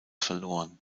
verloren